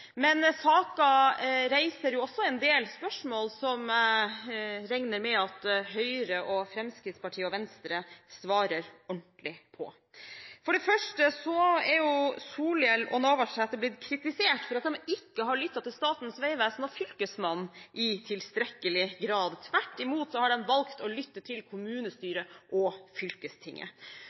Men saken reiser en del spørsmål som jeg regner med at Høyre, Fremskrittspartiet og Venstre svarer ordentlig på. For det første er Solhjell og Navarsete blitt kritisert for at de ikke har lyttet til Statens vegvesen og fylkesmannen i tilstrekkelig grad, tvert imot har de valgt å lytte til kommunestyret og fylkestinget.